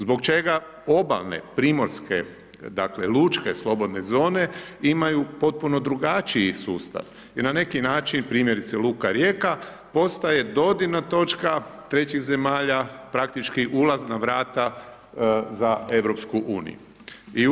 Zbog čega obalne primorske, dakle, lučke slobodne zone imaju potpuno drugačiji sustav i na neki način, primjerice Luka Rijeka, postaje dodirna točka trećih zemalja praktički ulazna vrata za Europsku uniju.